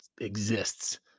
exists